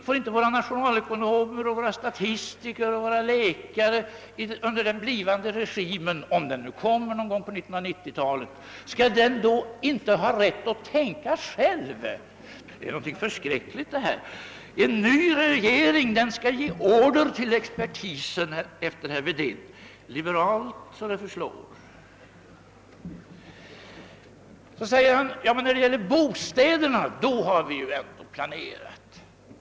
Får inte våra nationalekonomer, statistiker och läkare under den blivande regimen — om den nu kommer någon gång på 1990-talet — ha rätt att tänka självständigt? Detta är någonting förskräckligt. En ny regering skall, enligt herr Wedén, ge order till expertisen — liberalt så det förslår. När det gäller bostäderna säger han att folkpartiet har planerat.